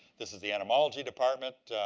this is the entomology department.